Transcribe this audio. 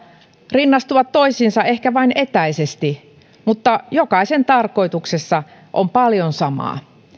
rinnastuvat toisiinsa ehkä vain etäisesti mutta jokaisen tarkoituksessa on paljon samaa